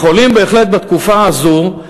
יכולים בהחלט, בתקופה הזו,